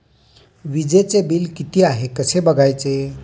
वीजचे बिल किती आहे कसे बघायचे?